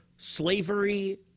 Slavery